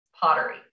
pottery